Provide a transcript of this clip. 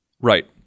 Right